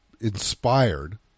inspired